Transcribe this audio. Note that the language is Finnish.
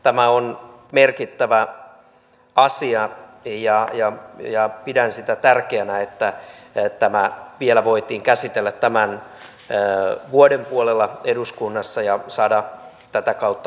tämä on merkittävä asia ja pidän tärkeänä sitä että tämä vielä voitiin käsitellä tämän vuoden puolella eduskunnassa ja saada tätä kautta lakivaliokunnan käsittelyyn